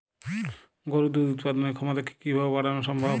গরুর দুধ উৎপাদনের ক্ষমতা কি কি ভাবে বাড়ানো সম্ভব?